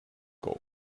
gold